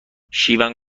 شیون